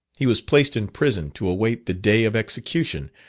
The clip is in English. he was placed in prison to await the day of execution,